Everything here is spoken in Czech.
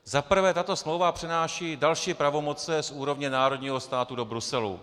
Za prvé, tato smlouva přenáší další pravomoci z úrovně národního státu do Bruselu.